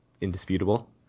indisputable